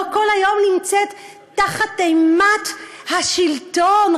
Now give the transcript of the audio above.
לא כל היום תחת אימת השלטון,